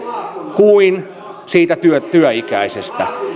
kuin siitä työikäisestä